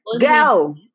Go